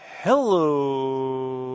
Hello